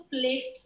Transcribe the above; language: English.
placed